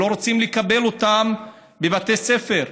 לא רוצים לקבל אותם בבתי ספר.